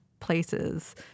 places